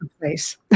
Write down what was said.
place